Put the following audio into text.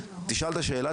תשאל את השאלה,